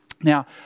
Now